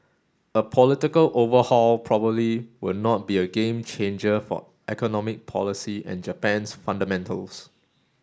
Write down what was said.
a political overhaul probably will not be a game changer for economic policy and Japan's fundamentals